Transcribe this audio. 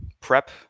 prep